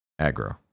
Aggro